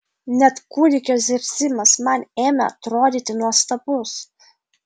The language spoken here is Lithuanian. net kūdikio zirzimas man ėmė atrodyti nuostabus